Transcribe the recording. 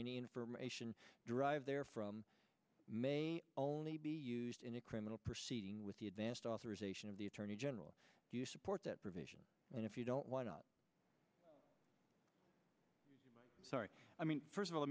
any information derived therefrom may only be used in a criminal proceeding with the advanced authorization of the attorney general do you support that provision and if you don't want to sorry i mean first of all